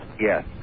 Yes